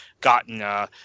gotten